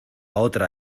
otra